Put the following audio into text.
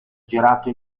girato